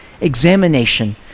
examination